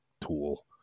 tool